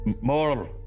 more